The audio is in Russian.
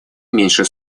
меньше